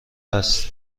است